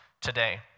today